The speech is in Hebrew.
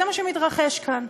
זה מה שמתרחש כאן.